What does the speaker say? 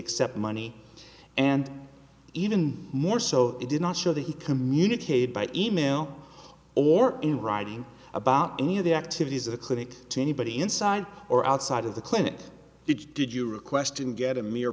except money and even more so it did not show that he communicated by e mail or in writing about any of the activities of the clinic to anybody inside or outside of the clinic which did you request and get a mere